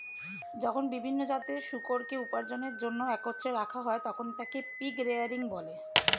যখন বিভিন্ন জাতের শূকরকে উপার্জনের জন্য একত্রে রাখা হয়, তখন তাকে পিগ রেয়ারিং বলে